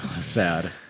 Sad